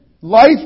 Life